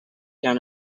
down